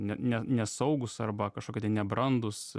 ne ne ne nesaugūs arba kažkokie tai nebrandūs